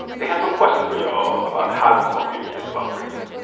they have some questions for y'all about how you talk to your kids about race.